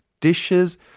dishes